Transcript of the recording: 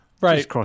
Right